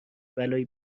بلایی